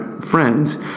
friends